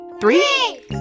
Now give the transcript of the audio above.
Three